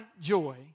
joy